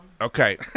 Okay